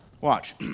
Watch